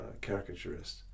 caricaturist